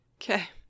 Okay